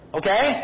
okay